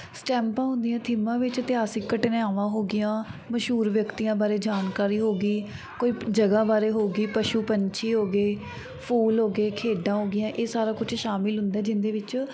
ਸਟੈਂਪਾਂ ਹੁੰਦੀਆਂ ਥੀਮਾ ਵਿੱਚ ਇਤਿਹਾਸਿਕ ਘਟਨਾਵਾਂ ਹੋਗੀਆਂ ਮਸ਼ਹੂਰ ਵਿਅਕਤੀਆਂ ਬਾਰੇ ਜਾਣਕਾਰੀ ਹੋ ਗਈ ਕੋਈ ਜਗ੍ਹਾ ਬਾਰੇ ਹੋ ਗਈ ਪਸ਼ੂ ਪੰਛੀ ਹੋ ਗਏ ਫੂਲ ਹੋ ਗਏ ਖੇਡਾਂ ਹੋ ਗਈਆਂ ਇਹ ਸਾਰਾ ਕੁਝ ਸ਼ਾਮਿਲ ਹੁੰਦਾ ਜਿਹਦੇ ਵਿੱਚ